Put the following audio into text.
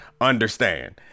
understand